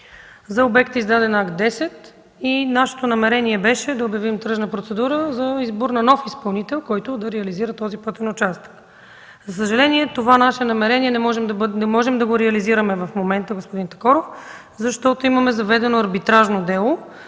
За обекта е издаден Акт 10 и нашето намерение беше да обявим тръжна процедура за избор на нов изпълнител, който да реализира този пътен участък. Господин Такоров, за съжаление, не можем да реализираме в момента това наше намерение, защото имаме заведено арбитражно дело